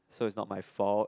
so it's not my fault